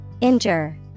Injure